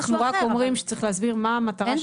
אנחנו רק אומרים שצריך להסביר מה המטרה של מוקד ההפעלה.